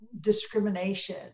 discrimination